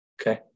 Okay